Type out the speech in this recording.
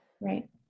Right